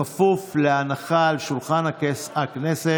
בכפוף להנחה על שולחן הכנסת.